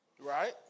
right